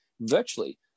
virtually